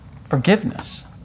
forgiveness